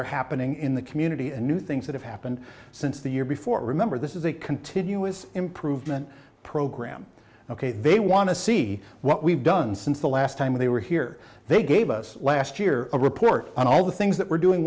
are happening in the community and new things that have happened since the year before remember this is a continuous improvement program ok they want to see what we've done since the last time they were here they gave us last year a report on all the things that we're doing